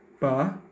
PA